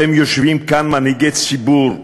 אתם יושבים כאן, מנהיגי ציבור,